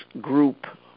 group